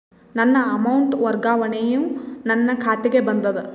ನನ್ನ ಅಮೌಂಟ್ ವರ್ಗಾವಣೆಯು ನನ್ನ ಖಾತೆಗೆ ಬಂದದ